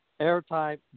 Airtime